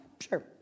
sure